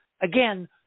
again